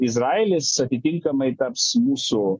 izraelis atitinkamai taps mūsų